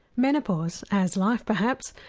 menopause as life perhaps,